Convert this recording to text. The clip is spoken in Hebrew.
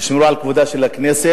תשמרו על כבודה של הכנסת,